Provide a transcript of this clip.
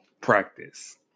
practice